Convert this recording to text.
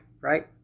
right